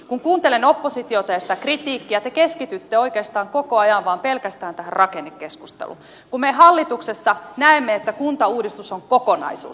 kun kuuntelen oppositiota ja sitä kritiikkiä te keskitytte oikeastaan koko ajan pelkästään tähän rakennekeskusteluun kun me hallituksessa näemme että kuntauudistus on kokonaisuus